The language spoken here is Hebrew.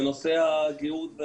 בנושא הגיהות,